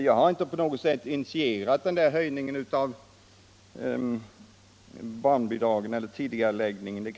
Jag har inte på något sätt initierat tidigareläggningen av höjningen av barnbidraget.